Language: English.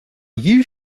you